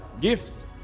gifts